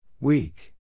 Weak